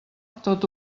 tot